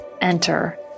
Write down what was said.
enter